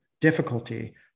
difficulty